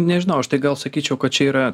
nežinau aš tai gal sakyčiau kad čia yra